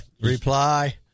reply